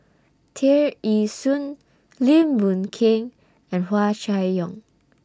Tear Ee Soon Lim Boon Keng and Hua Chai Yong